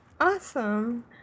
Awesome